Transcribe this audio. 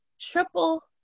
Triple